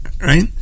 Right